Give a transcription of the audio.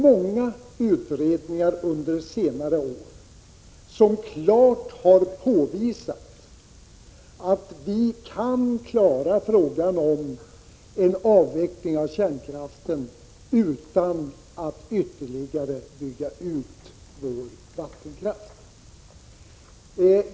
Många utredningar har under senare år klart påvisat att kärnkraften kan avvecklas utan ytterligare utbyggnad av vattenkraften.